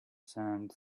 sand